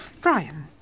Brian